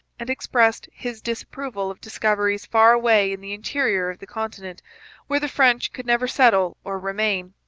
and expressed his disapproval of discoveries far away in the interior of the continent where the french could never settle or remain.